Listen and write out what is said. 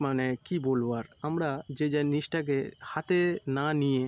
মানে কি বলবো আর আমরা যে জিনিসটাকে হাতে না নিয়ে